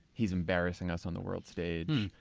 he's embarrassing us on the world stage.